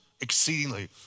exceedingly